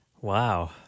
Wow